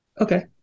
Okay